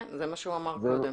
כן, זה מה שהוא אמר קודם.